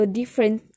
different